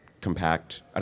compact